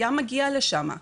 היה מגיע לשם,